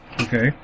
Okay